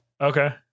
Okay